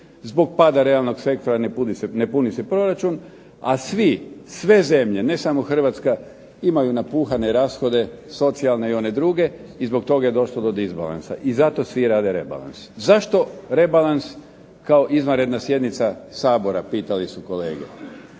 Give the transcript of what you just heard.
Zbog pada realnog sektora ne puni se proračun, a sve zemlje, ne samo Hrvatska, imaju napuhane rashode socijalne i one druge i zbog toga je došlo do disbalansa i zato svi rade rebalans. Zašto rebalans kao izvanredna sjednica Sabora, pitali su kolege.